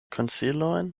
konsilojn